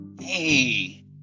Hey